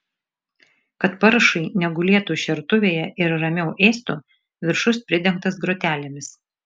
kad paršai negulėtų šertuvėje ir ramiau ėstų viršus pridengtas grotelėmis